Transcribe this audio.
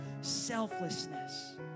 Selflessness